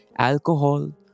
Alcohol